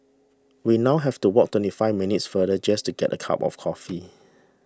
we now have to walk twenty five minutes farther just to get a cup of coffee